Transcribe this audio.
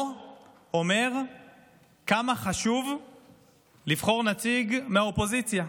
אומר כמה חשוב לבחור נציג מהאופוזיציה.